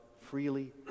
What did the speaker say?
freely